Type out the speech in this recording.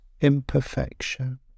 imperfection